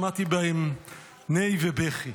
שמעתי בהם נהי ובכי.